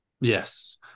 yes